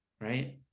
right